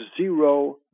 zero